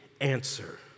Answer